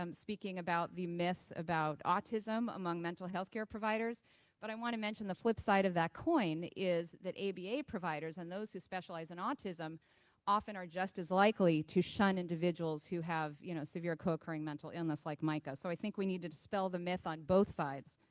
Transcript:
um speaking about the myths about autism among mental healthcare providers but i want to mention the flip side of that coin is that aba providers and those who specialize in autism often are just as likely to shun individuals who have you know severe co-occurring mental illness like mica, so i if think we need to dispel the myth on both sides.